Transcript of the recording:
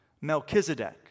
Melchizedek